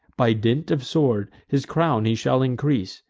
by dint of sword his crown he shall increase,